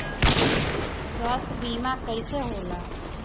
स्वास्थ्य बीमा कईसे होला?